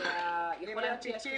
יכול להיות שיש לו